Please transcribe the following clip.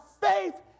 faith